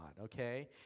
Okay